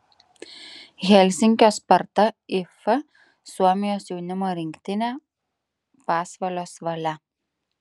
helsinkio sparta if suomijos jaunimo rinktinė pasvalio svalia